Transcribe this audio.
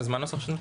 מה הנוסח?